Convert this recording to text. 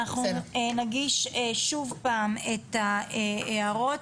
אנחנו נגיש שוב פעם את ההערות.